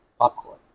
popcorn